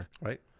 Right